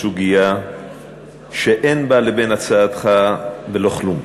סוגיה שאין בינה ובין הצעתך ולא כלום.